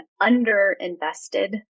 under-invested